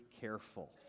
careful